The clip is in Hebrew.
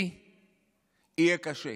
לי יהיה קשה